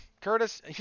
Curtis